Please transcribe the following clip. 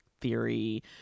theory